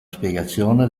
spiegazione